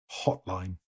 hotline